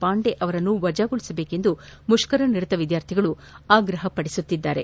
ಪಾಂಡೆ ಅವರನ್ನು ವಜಾಗೊಳಿಸಬೇಕೆಂದು ಮುಷ್ಕರ ನಿರತ ವಿದ್ಯಾರ್ಥಿಗಳು ಆಗ್ರಹ ಪಡಿಸುತ್ತಿದ್ದಾರೆ